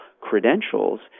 credentials